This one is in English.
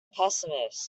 pessimist